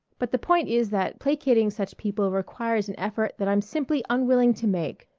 but the point is that placating such people requires an effort that i'm simply unwilling to make.